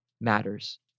matters